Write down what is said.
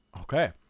Okay